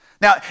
Now